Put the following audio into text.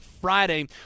Friday